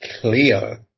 Clear